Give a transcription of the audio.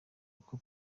ngo